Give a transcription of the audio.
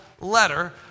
letter